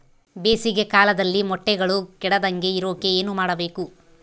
ಬೇಸಿಗೆ ಕಾಲದಲ್ಲಿ ಮೊಟ್ಟೆಗಳು ಕೆಡದಂಗೆ ಇರೋಕೆ ಏನು ಮಾಡಬೇಕು?